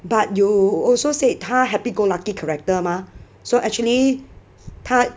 but you also said 他 happy go lucky character mah so actually 他